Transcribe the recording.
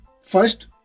First